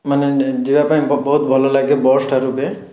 ମାନେ ଯିବାପାଇଁ ବହୁତ ଭଲଲାଗେ ବସ୍ ଠାରୁ ବି